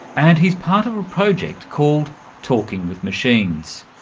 and he's part of a project called talking with machines.